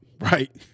right